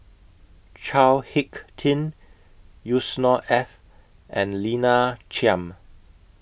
Chao Hick Tin Yusnor Ef and Lina Chiam